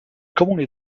comuni